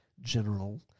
general